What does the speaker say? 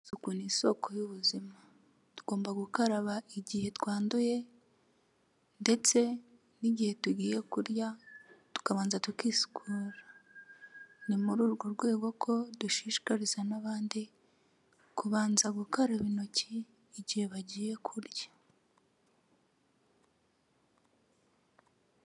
Isuku ni isoko y'ubuzima tugomba gukaraba igihe twanduye ndetse n'gihe tugiye kurya tukabanza tukisukura ni muri urwo rwego ko dushishikariza n'abandi kubanza gukaraba intoki igihe bagiye kurya.